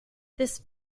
this